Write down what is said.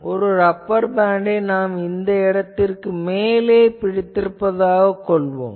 ஒரு ரப்பர் பேண்ட்டை நான் இந்த இடத்திற்கு மேலே பிடித்திருப்பதாகக் கொள்வோம்